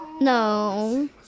No